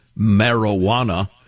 marijuana